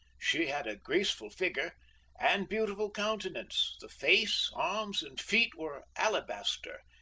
she had a graceful figure and beautiful countenance the face, arms and feet were alabaster,